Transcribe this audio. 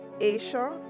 Asia